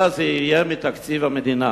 אלא זה יהיה מתקציב המדינה,